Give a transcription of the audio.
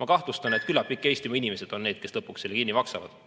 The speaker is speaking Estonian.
Ma kahtlustan, et küllap ikka Eestimaa inimesed on need, kes lõpuks selle kinni maksavad.